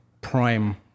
Prime